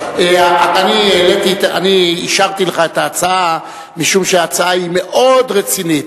אני אישרתי לך את ההצעה משום שההצעה היא מאוד רצינית.